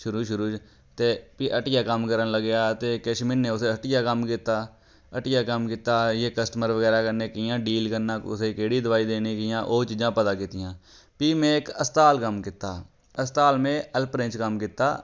शुरू शुरू च ते फ्ही हट्टियै कम्म करन लग्गेआ ते किश म्हीने उत्थें हट्टियै कम्म कीता हट्टियै कम्म कीता इयै कस्टमर बगैरा कन्नै कियां डील करना कुसै गी केह्ड़ा दवाई देनी कियां ओह् चीज़ां पता कीतियां फ्ही में इक अस्पताल कम्म कीता अस्पताल में हैल्परें च कम्म कीता